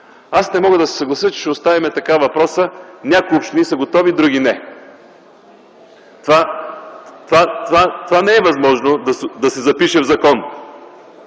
Не мога да се съглася, че ще оставим въпроса така: някои общини са готови, други – не. Това не е възможно да се запише в закон,